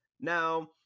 Now